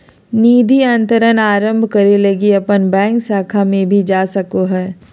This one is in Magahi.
निधि अंतरण आरंभ करे लगी अपन बैंक शाखा में भी जा सको हो